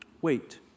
Wait